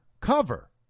cover